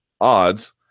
odds